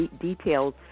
Details